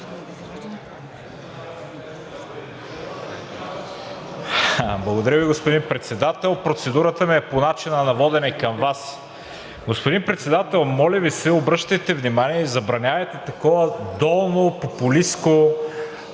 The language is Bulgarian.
Благодаря Ви, господин Председател. Процедурата ми е по начина на водене към Вас. Господин Председател, моля Ви, обръщайте внимание и забранявайте такова долно, популистко